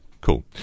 Cool